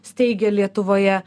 steigia lietuvoje